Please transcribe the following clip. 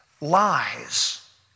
lies